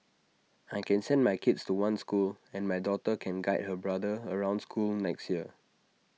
I can send my kids to one school and my daughter can guide her brother around school next year